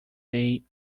they